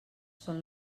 són